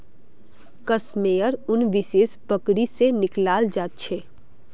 कश मेयर उन विशेष बकरी से निकलाल जा छे